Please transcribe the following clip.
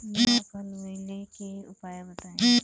नेनुआ फुलईले के उपाय बताईं?